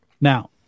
Now